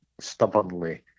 stubbornly